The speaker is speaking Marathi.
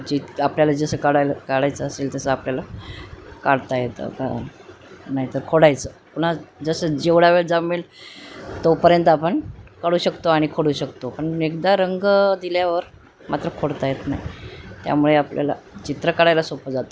जिथं आपल्याला जसं काढायला काढायचं असेल तसं आपल्याला काढता येतं का नाहीतर खोडायचं पुन्हा जसं जेवढा वेळ जमेल तोपर्यंत आपण काढू शकतो आणि खोडू शकतो पण एकदा रंग दिल्यावर मात्र खोडता येत नाही त्यामुळे आपल्याला चित्र काढायला सोपं जातं